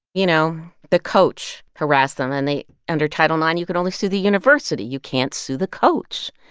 you know, the coach harassed them. and they under title nine, you could only sue the university. you can't sue the coach.